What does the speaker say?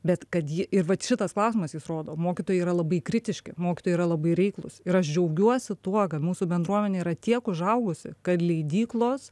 bet kad ji ir vat šitas klausimas jis rodo mokytojai yra labai kritiški mokytojai yra labai reiklūs ir aš džiaugiuosi tuo kad mūsų bendruomenė yra tiek užaugusi kad leidyklos